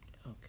okay